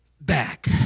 back